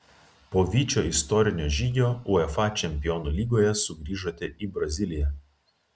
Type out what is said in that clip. po vyčio istorinio žygio uefa čempionų lygoje sugrįžote į braziliją